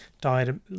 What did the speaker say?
died